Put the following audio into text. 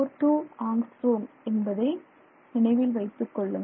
42 angstrom என்பதை நினைவில் வைத்துக்கொள்ளுங்கள்